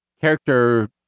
character